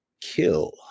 Kill